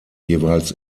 jeweils